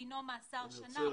דינו מאסר שנה.